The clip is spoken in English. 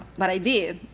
but i did.